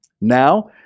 Now